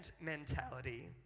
mentality